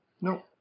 No